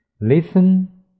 listen